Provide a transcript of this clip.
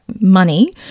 money